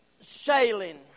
sailing